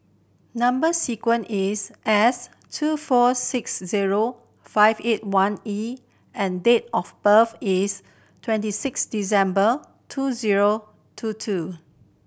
number sequence is S two four six zero five eight one E and date of birth is twenty six December two zero two two